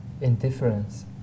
indifference